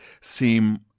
seem